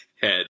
head